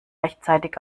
rechtzeitig